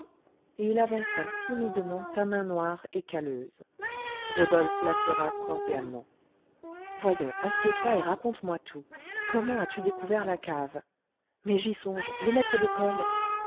et il avança timidement sa main noire et calleuse rodolphe la serra cordialement voyons assieds-toi et raconte-moi tout comment as-tu découvert la cave mais j'y songe le maître d'école